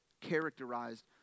characterized